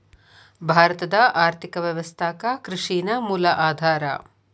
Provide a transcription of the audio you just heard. ಭಾರತದ್ ಆರ್ಥಿಕ ವ್ಯವಸ್ಥಾಕ್ಕ ಕೃಷಿ ನ ಮೂಲ ಆಧಾರಾ